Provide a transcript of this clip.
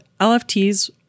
LFTs